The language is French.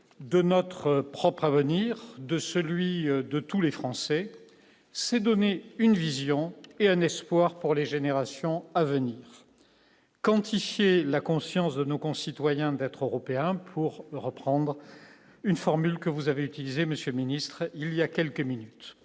de notre propre avenir de celui de tous les Français, c'est donner une vision et un espoir pour les générations à venir quantifier la conscience de nos concitoyens d'être européen, pour reprendre une formule que vous avez utilisé, monsieur le ministre, il y a quelques minutes,